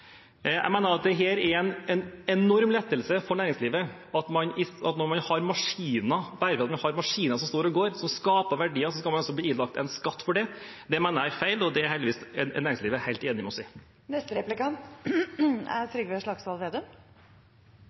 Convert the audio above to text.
Jeg mener at dette er en enorm lettelse for næringslivet. Når man har maskiner som står og går, og som skaper verdier, blir man altså ilagt en skatt for det. Det mener jeg er feil, og det er heldigvis næringslivet helt enig med oss i. De kommunale skatteoppkreverne har vært effektive. Nå har de også hatt mulighet til å